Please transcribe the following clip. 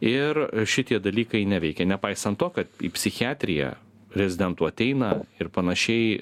ir šitie dalykai neveikia nepaisant to kad į psichiatriją rezidentų ateina ir panašiai